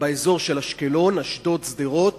באזור של אשקלון, אשדוד, שדרות